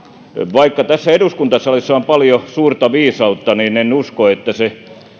vaikka tässä eduskuntasalissa on paljon suurta viisautta niin en usko että se